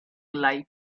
light